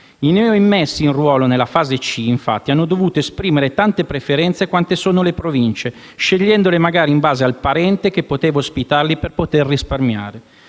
I neoimmessi in ruolo nella fase C, infatti, hanno dovuto esprimere tante preferenze quante sono le Province, scegliendole magari in base al parente che poteva ospitarli per poter risparmiare.